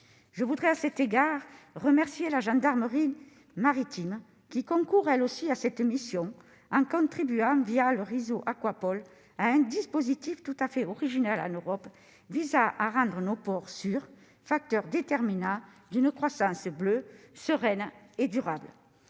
Je voudrais à cet égard remercier la gendarmerie maritime, qui concourt elle aussi à cette mission, en contribuant, le réseau Aquapol, à un dispositif tout à fait original en Europe visant à rendre nos ports sûrs et à en faire des facteurs déterminants d'une croissance bleue, sereine et durable.